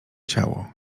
ciało